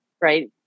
Right